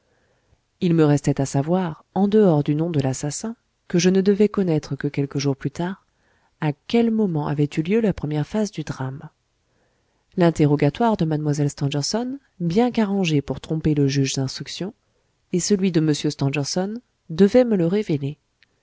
il me restait à savoir en dehors du nom de l'assassin que je ne devais connaître que quelques jours plus tard à quel moment avait eu lieu la première phase du drame l'interrogatoire de mlle stangerson bien qu'arrangé pour tromper le juge d'instruction et celui de m stangerson devaient me le révéler